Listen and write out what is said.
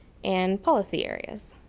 and policy areas.